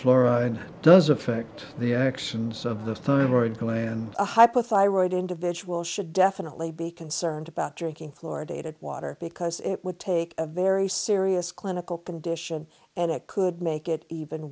fluoride does affect the actions of the thoroughbred gland a hypothyroid individual should definitely be concerned about drinking floor dated water because it would take a very serious clinical condition and it could make it even